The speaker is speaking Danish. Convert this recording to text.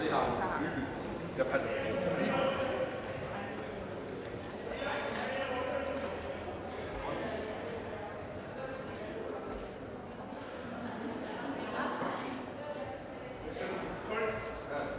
Hvad er det,